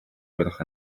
gwelwch